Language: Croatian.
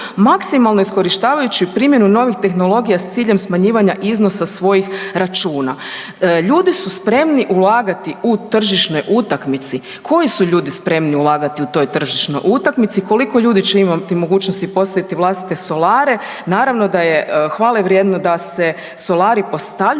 maksimalno iskorištavajući primjenu novih tehnologija s ciljem smanjivanja iznosa svojih računa. Ljudi su spremni ulagati u tržišnoj utakmici. Koji su ljudi spremni ulagati u toj tržišnoj utakmici? Koliko će ljudi imati mogućnosti postaviti vlastite solare? Naravno, da je hvale vrijedno da se solari postavljaju,